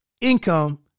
income